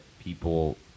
People